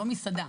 לא מסעדה,